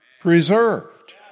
preserved